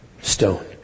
stone